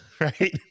right